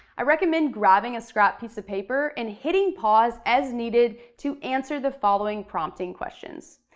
i recommend grabbing a scrap piece of paper and hitting pause as needed to answer the following prompting questions.